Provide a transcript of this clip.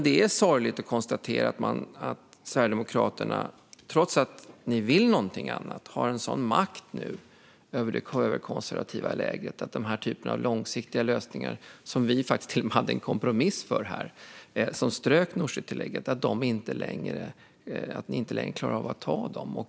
Det är sorgligt att konstatera att Sverigedemokraterna, trots att ni vill någonting annat, har en sådan makt nu över det högerkonservativa läget att ni inte längre klarar av den här typen av långsiktiga lösningar, som vi till och med hade en kompromiss för när Nooshitillägget ströks.